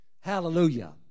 Hallelujah